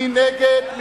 מי נגד?